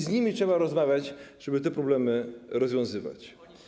Z nimi trzeba rozmawiać, żeby te problemy rozwiązywać.